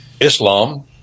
Islam